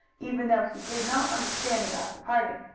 even though he did not understand about the party.